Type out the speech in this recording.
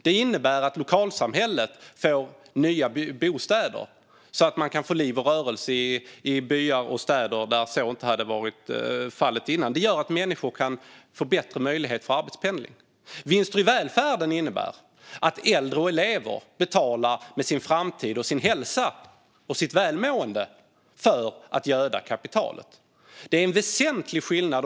Det innebär att lokalsamhället får nya bostäder så att man kan få liv och rörelse i byar och städer där så inte hade varit fallet innan. Det gör att människor får bättre möjlighet till arbetspendling. Vinster i välfärden innebär att äldre och elever betalar med sin framtid, sin hälsa och sitt välmående för att göda kapitalet. Det är en väsentlig skillnad.